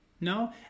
No